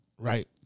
Right